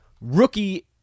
rookie